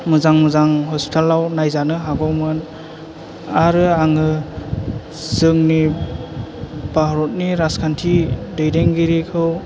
मोजां मोजां हस्फिटालाव नायजानो हागौमोन आरो आङो जोंनि भारतनि राजखान्थि दैदेनगिरिखौ